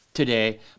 today